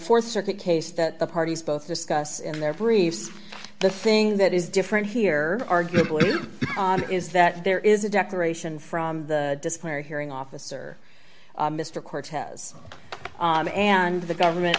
the th circuit case that the parties both discuss in their briefs the thing that is different here arguably is that there is a declaration from the disciplinary hearing officer mr cortez and the government